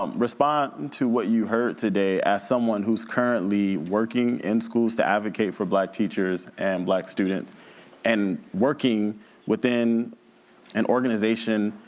um respond and to what you heard today as someone who's currently working in schools to advocate for black teachers and black students and working within an organization